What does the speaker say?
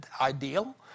ideal